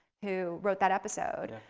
who wrote that episode,